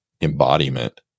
embodiment